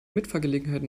mitfahrgelegenheit